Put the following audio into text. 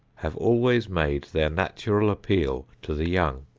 have always made their natural appeal to the young.